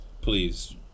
please